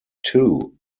two